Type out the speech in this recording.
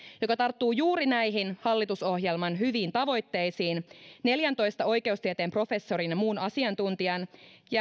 joka tarttuu juuri näihin hallitusohjelman hyviin tavoitteisiin neljääntoista oikeustieteen professorin ja muun asiantuntijan